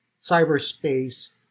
cyberspace